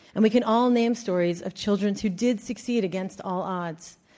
and we can all name stories of children who did succeed against all odds.